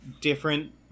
different